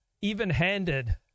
even-handed